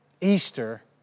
Easter